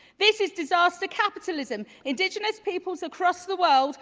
this is disaster capitalism. indigenous peoples across the world